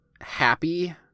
happy